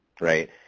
right